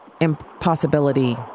impossibility